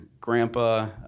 grandpa